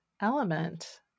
element